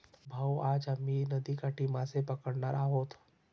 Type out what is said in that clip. भाऊ, आज आम्ही नदीकाठी मासे पकडणार आहोत